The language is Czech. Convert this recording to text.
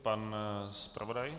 Pan zpravodaj?